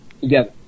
together